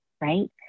right